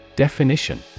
Definition